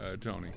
Tony